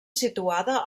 situada